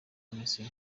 messi